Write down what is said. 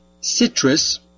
citrus